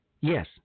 Yes